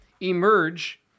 emerge